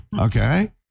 Okay